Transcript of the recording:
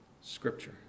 Scripture